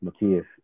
Matias